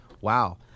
Wow